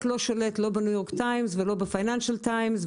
לא שולט לא בניו יורק טיימס ולא בפייננשל טיימס,